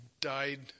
died